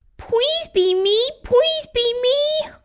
please be me please be me!